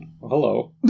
hello